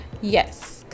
Yes